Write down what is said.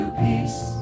peace